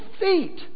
feet